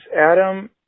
adam